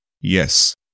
yes